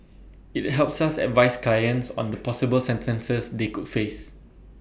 IT helps us advise clients on the possible sentences they could face